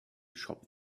shop